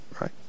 right